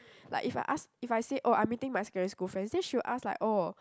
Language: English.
like if I ask if I say oh I meeting my secondary school friends then she will ask like oh